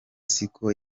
siko